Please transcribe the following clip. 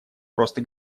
просто